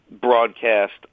broadcast